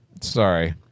sorry